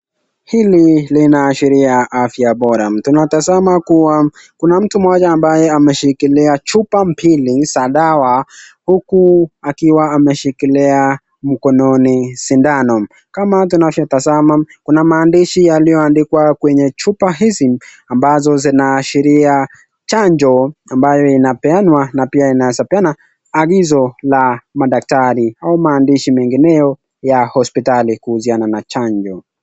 Hili linaashiria afya bora, tunatazama kuwa kuna mtu mmoja ambaye ameshikilia chupa mbili za dawa huku akiwa ameshikilia mkononi sindano. Kama tunavyotazama kuna maandishi yaliyo andikwa kwenye chupa hizi ambazo zinaashiria chanjo ambayo inapeanwa na pia inaeza peana agizo la madaktari au maandishi mengineyo ya hospitali kuhusiana na chanjo.